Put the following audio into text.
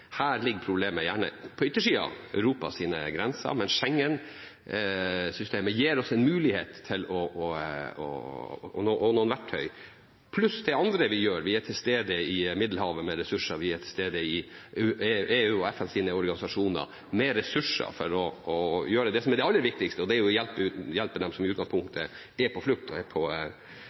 her ligger problemet gjerne på yttersiden av Europas grenser. Men Schengen-systemet gir oss en mulighet og noen verktøy, pluss det andre vi gjør: Vi er til stede i Middelhavet med ressurser, og vi er til stede i EUs og EFTAs organisasjoner med ressurser for å gjøre det som er det aller viktigste, og det er å hjelpe dem som i utgangspunktet er på flukt og på